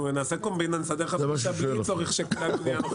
שכדאי לתקשר איתה ויכול להיות שיהיה לאדם מבוגר נניח יותר נוח